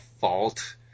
fault